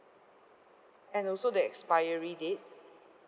and also the expiry date